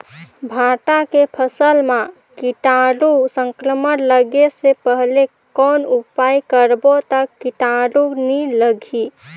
भांटा के फसल मां कीटाणु संक्रमण लगे से पहले कौन उपाय करबो ता कीटाणु नी लगही?